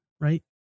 right